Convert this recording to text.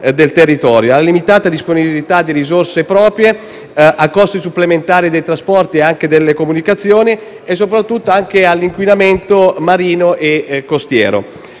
alla limitata disponibilità di risorse proprie, ai costi supplementari dei trasporti e delle comunicazioni e soprattutto all'inquinamento marino e costiero.